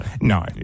No